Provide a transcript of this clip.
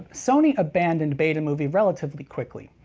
sony abandoned betamovie relatively quickly.